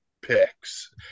picks